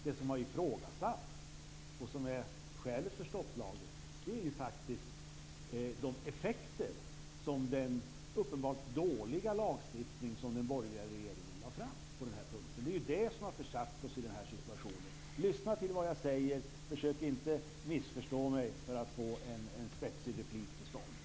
Det som har ifrågasatts, och som är skälet till stopplagen, är ju faktiskt de effekter som den uppenbart dåliga lagstiftning som den borgerliga regeringen lade fram på den här punkten har fört med sig. Det är ju detta som har försatt oss i den här situationen. Lyssna till vad jag säger! Försök inte missförstå mig för att få en spetsig replik till stånd!